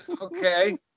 Okay